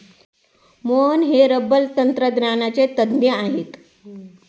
मोहन हे रबर तंत्रज्ञानाचे तज्ज्ञ आहेत